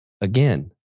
again